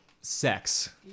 sex